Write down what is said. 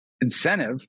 incentive